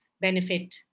benefit